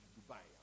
Dubai